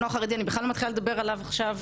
קולנוע חרדי אני בכלל לא מתחילה לדבר עליו עכשיו,